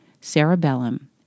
cerebellum